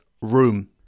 room